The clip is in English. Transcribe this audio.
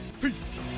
peace